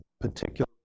Particular